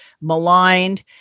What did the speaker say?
maligned